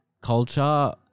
culture